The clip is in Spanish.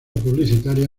publicitaria